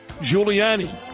Giuliani